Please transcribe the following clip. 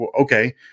okay